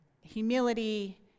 humility